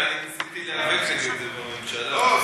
אני ניסיתי להיאבק נגד זה בממשלה --- לא.